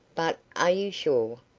but, are you sure?